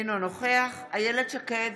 אינו נוכח אילת שקד,